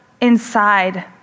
inside